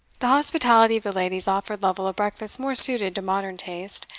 the hospitality of the ladies offered lovel a breakfast more suited to modern taste,